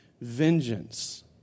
vengeance